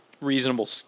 reasonable